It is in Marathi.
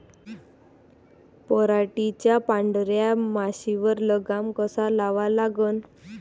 पराटीवरच्या पांढऱ्या माशीवर लगाम कसा लावा लागन?